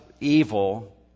evil